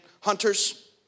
Hunters